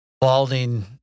Balding